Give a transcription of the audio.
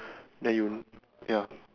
then you ya